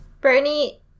Bernie